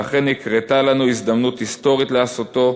ואכן נקרתה לנו הזדמנות היסטורית לעשותו,